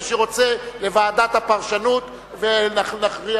מי שרוצה, לוועדת הפרשנות ונכריע.